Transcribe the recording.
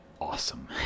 awesome